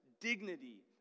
dignity